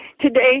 Today